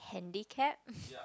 handicap